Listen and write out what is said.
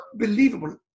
unbelievable